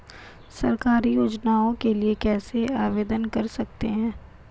सरकारी योजनाओं के लिए कैसे आवेदन कर सकते हैं?